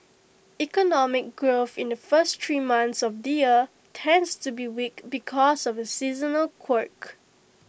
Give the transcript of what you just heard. economic growth in the first three months of the year tends to be weak because of A seasonal quirk